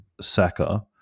Saka